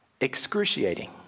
Excruciating